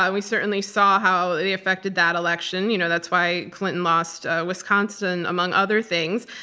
and we certainly saw how they affected that election. you know that's why clinton lost wisconsin, among other things.